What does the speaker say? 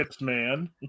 man